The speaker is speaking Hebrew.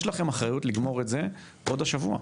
יש לכם אחריות לגמור את זה עוד השבוע.